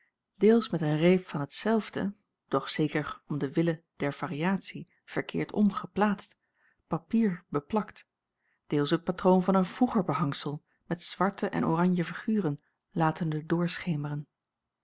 deels met een reep van hetzelfde doch zeker om de wille der variatie verkeerd om geplaatst papier beplakt deels het patroon van een vroeger behangsel met zwarte en oranje figuren latende doorschemeren